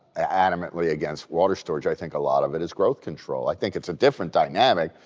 adamantly against water storage. i think a lot of it is growth control. i think it's a different dynamic.